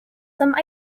some